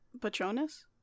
Patronus